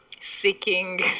seeking